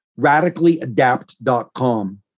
radicallyadapt.com